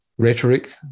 Rhetoric